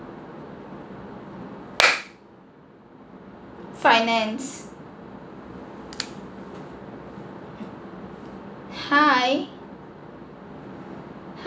finance hi